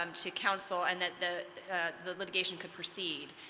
um to counsel and that the the litigation could proceed.